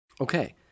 Okay